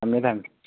ꯊꯝꯃꯦ ꯊꯝꯃꯦ